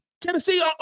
Tennessee